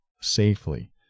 safely